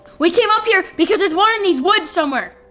we came up here because there's one in these woods somewhere.